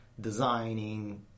designing